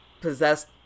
possessed